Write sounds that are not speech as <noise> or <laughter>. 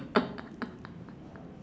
<laughs>